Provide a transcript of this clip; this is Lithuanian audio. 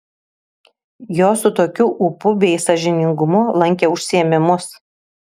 jos su tokiu ūpu bei sąžiningumu lankė užsiėmimus